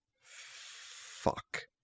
Fuck